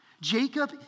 Jacob